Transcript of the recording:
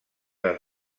les